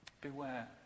beware